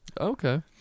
Okay